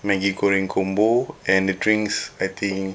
maggi goreng combo and the drinks I think